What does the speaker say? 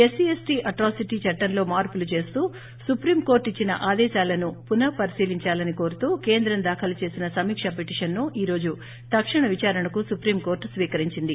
SP SP atrocity చట్లంలో మార్పులు చేస్తూ సుప్రీం కోర్లు ఇచ్చిన ఆదేశాలను పునఃపరిశీలించాలని కోరుతూ కేంద్రం దాఖలు చేసిన సమీక్ష పిటిషన్ను ఈ రోజు తక్షణ విదారణకు సుప్రీం కోర్లు స్వీకరించింది